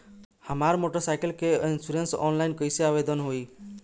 हमार motorcycle के insurance online कईसे आवेदन होई?